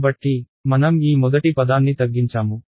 కాబట్టి మనం ఈ మొదటి పదాన్ని తగ్గించాము